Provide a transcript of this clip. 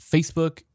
Facebook